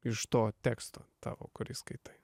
iš to teksto tavo kurį skaitai